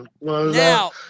Now